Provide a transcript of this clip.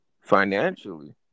financially